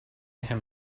him